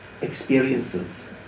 experiences